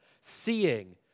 seeing